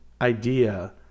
idea